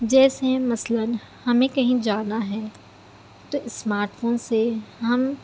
جیسے مثلاً ہمیں کہیں جانا ہے تو اسمارٹ فون سے ہم